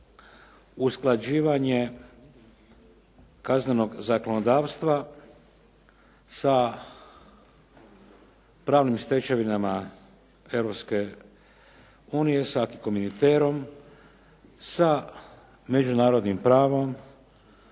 usklađivanje kaznenog zakonodavstva sa pravnim stečevinama Europske unije sa acquis communautaireom, sa međunarodnim pravom,